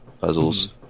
puzzles